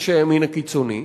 איש הימין הקיצוני,